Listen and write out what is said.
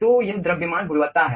तो यह द्रव्यमान गुणवत्ता है